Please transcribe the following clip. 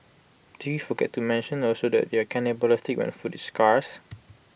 did we forget to mention also that they're cannibalistic when food is scarces